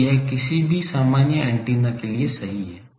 तो यह किसी भी सामान्य एंटीना के लिए सही है